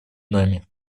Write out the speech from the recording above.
нами